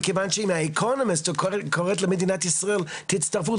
מכיוון שאם האקונומיסט קורא למדינת ישראל תצטרפו,